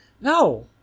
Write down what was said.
no